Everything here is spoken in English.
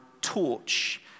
torch